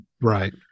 right